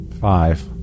Five